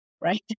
right